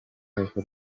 alpha